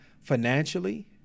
financially